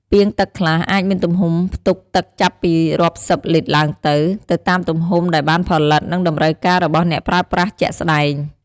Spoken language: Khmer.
ពាងទឹកខ្លះអាចមានទំហំផ្ទុកទឹកចាប់ពីរាប់សិបលីត្រឡើងទៅ ទៅតាមទំហំដែលបានផលិត និងតម្រូវការរបស់អ្នកប្រើប្រាស់ជាក់ស្តែង។